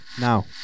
now